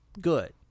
good